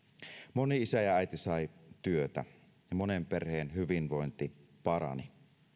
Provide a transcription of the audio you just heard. moni isä ja ja äiti sai työtä ja monen perheen hyvinvointi parani